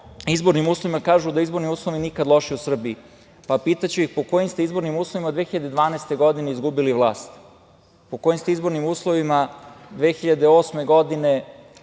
izbornim uslovima, kažu da su izborni uslovi nikada lošiji u Srbiji. Pa, pitaću ih, po kojim ste izbornim uslovima 2012. godine izgubili vlast? Po kojim ste izbornim uslovima 2008. godine